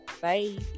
bye